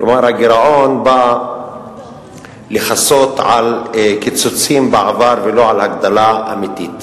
כלומר הגירעון בא לכסות על קיצוצים בעבר ולא על הגדלה אמיתית.